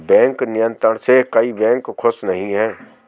bank नियंत्रण से कई बैंक खुश नही हैं